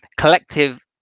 collective